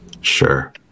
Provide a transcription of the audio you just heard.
sure